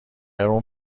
اون